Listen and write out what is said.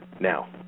Now